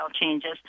changes